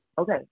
Okay